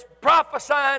prophesying